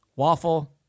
Waffle